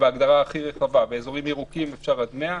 בהגדרה הכי רחבה באזורים ירוקים אפשר עד 100,